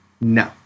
No